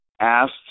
asked